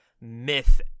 myth